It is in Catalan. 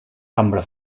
cambra